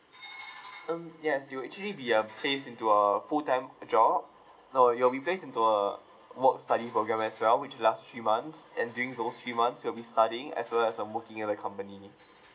um yes you'll actually be uh placed into a full time job no you'll be placed into a work study program as well which is last three months and during those three months you will be studying as well as um working in a company